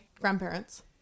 grandparents